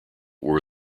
were